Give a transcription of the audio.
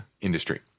industry